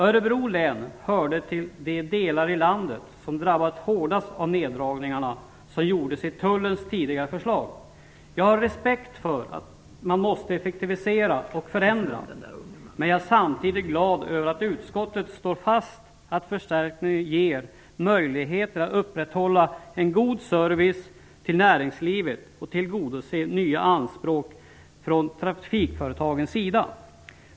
Örebro län hörde till de delar i landet som drabbades hårdast av de neddragningar som gjordes i Tullens tidigare förslag. Jag har respekt för att man måste effektivisera och förändra, men jag är samtidigt glad över att utskottet slår fast att förstärkningen ger möjlighet att upprätthålla en god service till näringslivet och tillgodose nya anspråk från trafikföretagens sida.